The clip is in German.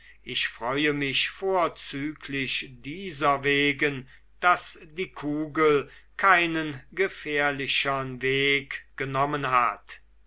ich freue mich vorzüglich dieserwegen daß die kugel keinen gefährlichern weg genommen hat